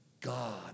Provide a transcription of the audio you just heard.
God